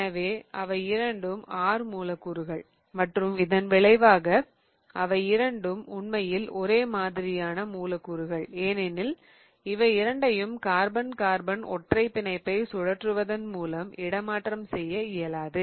எனவே அவை இரண்டும் R மூலக்கூறுகள் மற்றும் இதன் விளைவாக அவை இரண்டும் உண்மையில் ஒரே மாதிரியான மூலக்கூறுகள் ஏனெனில் இவை இரண்டையும் கார்பன் கார்பன் ஒற்றை பிணைப்பை சூழற்றுவதன் மூலம் இடைமாற்றம் செய்ய இயலாது